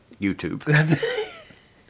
YouTube